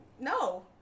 No